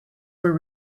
were